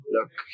Look